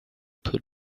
put